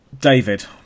David